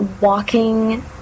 walking